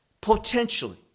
potentially